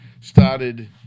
started